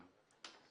הערבית)